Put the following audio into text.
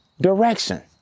direction